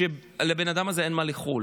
כאשר לבן אדם הזה אין מה לאכול.